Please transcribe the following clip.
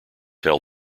held